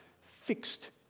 fixed